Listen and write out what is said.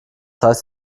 heißt